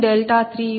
మరియు dP1d3 31 10 31